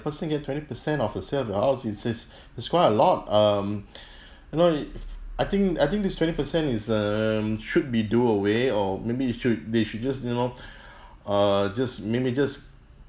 first thing you get twenty percent of the sale of the house it's it's it's quite a lot um you know I think I think this twenty percent is um should be do away or maybe should they should just you know err just maybe just